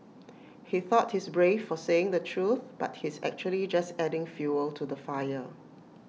he thought he's brave for saying the truth but he's actually just adding fuel to the fire